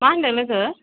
मा होन्दों लोगो